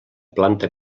planta